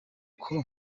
com